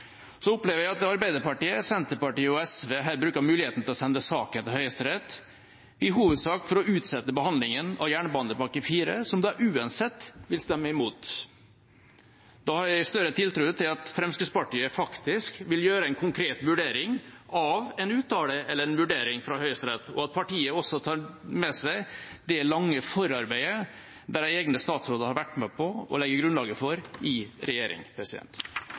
opplever at Arbeiderpartiet, Senterpartiet og SV her bruker muligheten til å sende saken til Høyesterett i hovedsak for å utsette behandlingen av jernbanepakke IV, som de uansett vil stemme imot. Da har jeg større tiltro til at Fremskrittspartiet faktisk vil gjøre en konkret vurdering av en uttalelse eller en vurdering fra Høyesterett, og at partiet også tar med seg det lange forarbeidet deres egne statsråder har vært med på å legge grunnlaget for i regjering.